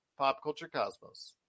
PopCultureCosmos